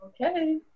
Okay